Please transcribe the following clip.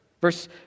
Verse